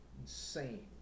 insane